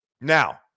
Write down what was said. now